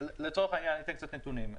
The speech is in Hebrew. לצורך העניין, אני אתן קצת נתונים.